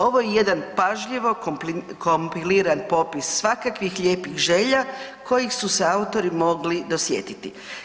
Ovo je jedan pažljivo kompiliran popis svakakvih lijepih želja kojih su se autori mogli dosjetiti.